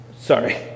sorry